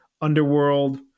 Underworld